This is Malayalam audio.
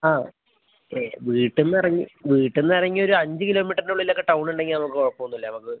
ആ വീട്ടിൽ നിന്നിറങ്ങി വീട്ടിൽ നിന്നിറങ്ങി ഒരഞ്ച് കിലോമീറ്ററിനുള്ളിലൊക്കെ ടൗൺ ഉണ്ടെങ്കിൽ നമുക്ക് കുഴപ്പമൊന്നുമില്ല നമുക്ക്